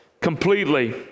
completely